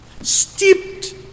steeped